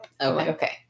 Okay